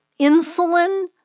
insulin